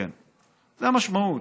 כן, זאת המשמעות.